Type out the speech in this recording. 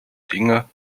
dinge